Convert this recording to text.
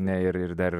ne ir ir dar